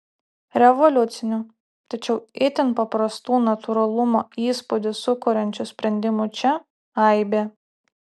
revoliucinių tačiau itin paprastų natūralumo įspūdį sukuriančių sprendimų čia aibė